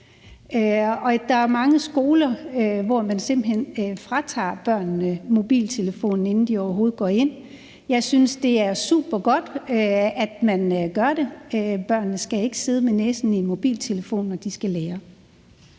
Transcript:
Der er jo mange skoler, hvor man simpelt hen fratager børnene mobiltelefonen, inden de overhovedet går indenfor. Jeg synes, det er supergodt, at man gør det; børnene skal ikke sidde med næsen i en mobiltelefon, når de skal lære